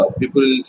people